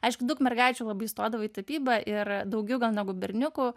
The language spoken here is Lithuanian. aišku daug mergaičių labai įstodavo į tapybą ir daugiau negu berniukų